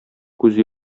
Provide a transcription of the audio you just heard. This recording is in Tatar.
күз